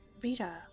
Rita